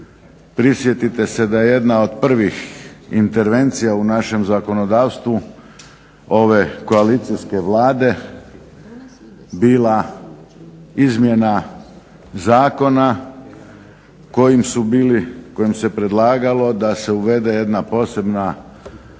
Prisjetite se da je jedna od prvih intervencija u našem zakonodavstvu ove koalicijske Vlade bila izmjena zakona kojim se predlagalo da se uvede jedna posebna